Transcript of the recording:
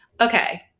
Okay